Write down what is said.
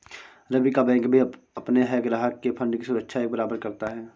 रवि का बैंक भी अपने हर ग्राहक के फण्ड की सुरक्षा एक बराबर करता है